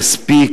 כספי,